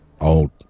old